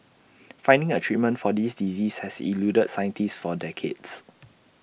finding A treatment for this disease has eluded scientists for decades